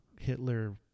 Hitler